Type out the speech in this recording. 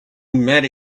mad